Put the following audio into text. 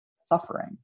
suffering